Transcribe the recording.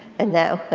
and that